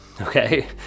okay